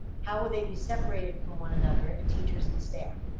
how will they be separated from one another and teachers and staff?